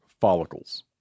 follicles